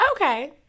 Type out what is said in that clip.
Okay